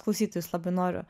klausytojus labai noriu